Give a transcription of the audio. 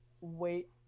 wait